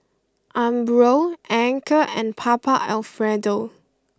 Umbro Anchor and Papa Alfredo